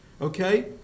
Okay